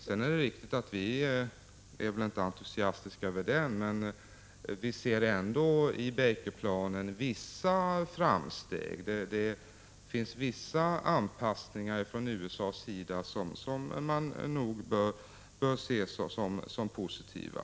Det är riktigt att vi inte är entusiastiska till Baker-planen, men vi ser ändå vissa framsteg i den. Det finns några anpassningar från USA:s sida som nog bör betraktas som positiva.